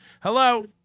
Hello